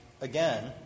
again